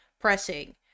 pressing